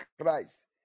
Christ